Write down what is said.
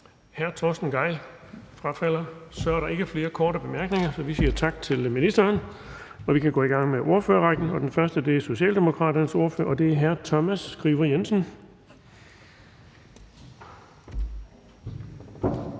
Hr. Torsten Gejl frafalder. Så er der ikke flere korte bemærkninger, så vi siger tak til ministeren. Så kan vi gå i gang med ordførerrækken, og den første er Socialdemokraternes ordfører, og det er hr. Thomas Skriver Jensen.